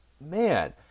man